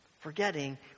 Forgetting